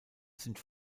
sind